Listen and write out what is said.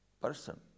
person